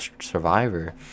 survivor